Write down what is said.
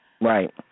Right